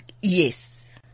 Yes